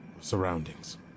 surroundings